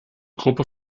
gruppe